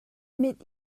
mit